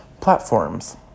platforms